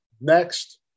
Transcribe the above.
Next